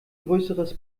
größeres